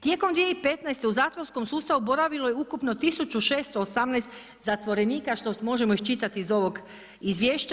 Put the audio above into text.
Tijekom 2015. u zatvorskom sustavu boravilo je ukupno 1618 zatvorenika što možemo iščitati iz ovog izvješća.